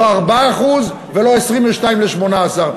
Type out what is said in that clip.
לא 4% ולא מ-22 ל-18,